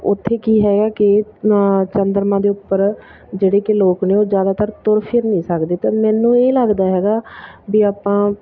ਉੱਥੇ ਕੀ ਹੈਗਾ ਕਿ ਚੰਦਰਮਾ ਦੇ ਉੱਪਰ ਜਿਹੜੇ ਕਿ ਲੋਕ ਨੇ ਉਹ ਜ਼ਿਆਦਾਤਰ ਤੁਰ ਫਿਰ ਨਹੀਂ ਸਕਦੇ ਤਾਂ ਮੈਨੂੰ ਇਹ ਲੱਗਦਾ ਹੈਗਾ ਵੀ ਆਪਾਂ